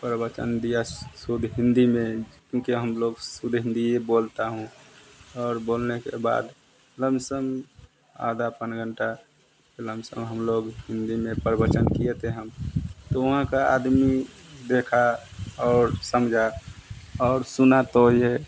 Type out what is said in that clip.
प्रवचन दिया शु शुद्ध हिंदी में क्येंकि हम लोग शुद्ध हिंदी बोलता हूँ और बोलने के बाद लमसम आधा पौन घंटा लमसम हम लोग हिंदी में प्रवचन किए थे हम तो वहाँ का आदमी देखा और समझा और सुना तो जो है